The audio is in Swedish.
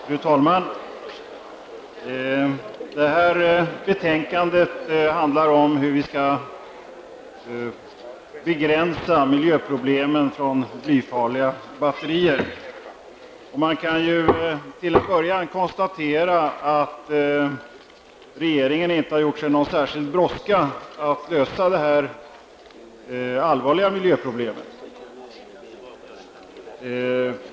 Fru talman! Detta betänkande handlar om hur vi skall begränsa miljöproblemen från miljöfarliga blybatterier. Det kan till en början konstateras att regeringen inte har gjort sig någon särskild brådska att lösa detta allvarliga miljöproblem.